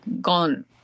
gone